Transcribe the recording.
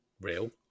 real